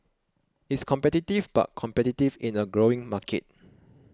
it's competitive but competitive in a growing market